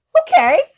Okay